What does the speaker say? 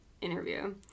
interview